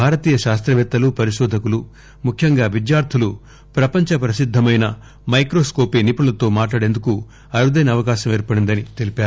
భారతీయ శాస్తవేత్తలు పరిశోధకులు ముఖ్యంగా విద్యార్ధులు ప్రపంచ ప్రసిద్దమైన మైక్రోన్కోపి నిపుణులతో మాట్లాడేందుకు అరుదైన అవకాశం ఏర్పడిందని తెలిపారు